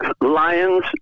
Lion's